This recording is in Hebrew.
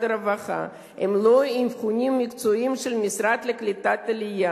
הרווחה הם לא אבחונים מקצועיים של המשרד לקליטת העלייה,